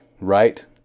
right